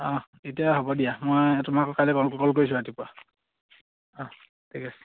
অঁ এতিয়া হ'ব দিয়া মই তোমালোকক কাইলৈ কল কল কৰিছোঁ ৰাতিপুৱা অঁ ঠিক আছে